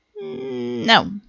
No